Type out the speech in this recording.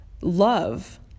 love